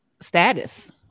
status